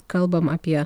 kalbam apie